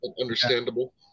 Understandable